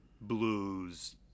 blues